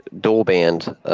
dual-band